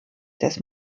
des